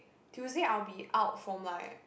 Tuesday I will be out from like